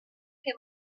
che